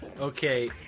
Okay